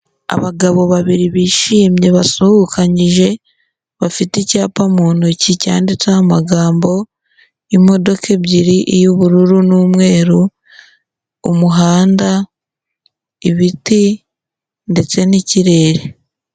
Abagabo babiri bishimye basuhukanyije, bafite icyapa mu ntoki cyanditseho amagambo, imodoka ebyiri, iy'ubururu n'umweru, umuhanda, ibiti ndetse n'ikirere.